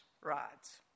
rods